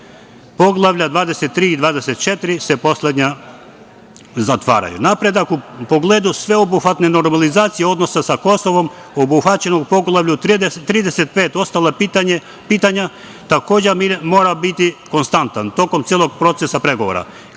Poglavlja 23 i 24 se poslednja zatvaraju. Napredak u pogledu sveobuhvatne normalizacije odnosa sa Kosovom obuhvaćen u Poglavlju 35 - ostala pitanja, takođe mora biti konstantan tokom celog procesa pregovora,